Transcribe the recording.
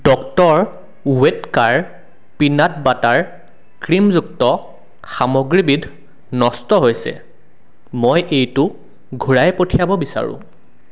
doctor Oetker peanut butter ক্ৰীমযুক্ত সামগ্ৰীবিধ নষ্ট হৈছে মই এইটো ঘূৰাই পঠিয়াব বিচাৰোঁ